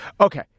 Okay